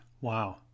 Wow